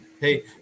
hey